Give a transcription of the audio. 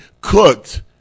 cooked